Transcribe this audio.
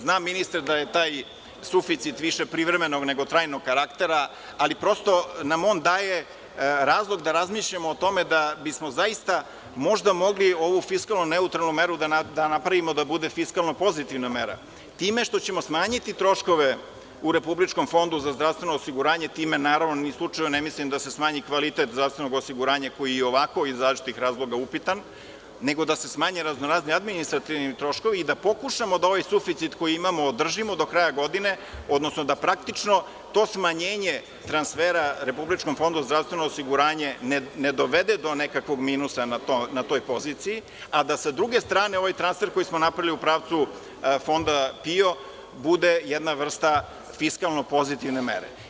Znam, ministre, da je taj suficit više privremenog, nego trajnog karaktera, ali nam on daje razlog da razmišljamo o tome da bismo zaista možda mogli ovu fiskalno neutralnu meru da napravimo da bude fiskalno pozitivna mera, time što ćemo smanjiti troškove u Republičkom fondu za zdravstveno osiguranje, a ni slučajno ne mislim da se smanji kvalitet zdravstvenog osiguranja koji je i ovako iz različitih razloga upitan, nego da se smanje raznorazni administrativni troškovi i da pokušamo da ovaj suficit koji imamo održimo do kraja godine, odnosno da praktično to smanjenje transfera Republičkom fondu za zdravstveno osiguranje ne dovede do nekog minusa na toj poziciji, a da sa druge strane ovaj transfer koji smo napravili u pravcu fonda PIO bude jedna vrsta fiskalno pozitivne mere.